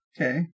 Okay